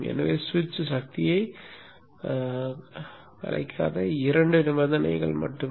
எனவே ஸ்விட்ச் சக்தியைக் கலைக்காத இரண்டு நிபந்தனைகள் மட்டுமே